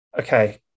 okay